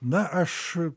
na aš